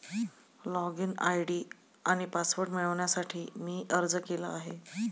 login ID आणि password मिळवण्यासाठी मी अर्ज केला आहे